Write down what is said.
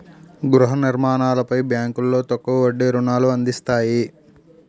గృహ నిర్మాణాలపై బ్యాంకులో తక్కువ వడ్డీ రుణాలు అందిస్తాయి